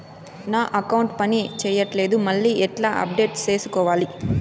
నా అకౌంట్ పని చేయట్లేదు మళ్ళీ ఎట్లా అప్డేట్ సేసుకోవాలి?